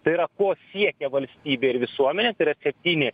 tai yra ko siekia valstybė ir visuomenė tai yra septyni